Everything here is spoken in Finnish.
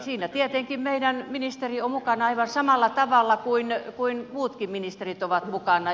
niissä tietenkin meidän ministerimme on mukana aivan samalla tavalla kuin muutkin ministerit ovat mukana